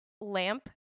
lamp